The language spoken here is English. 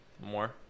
more